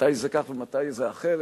מתי זה כך ומתי זה אחרת,